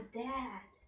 dad